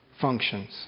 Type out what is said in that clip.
functions